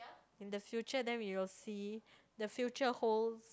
in the future then we will see the future holds